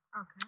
Okay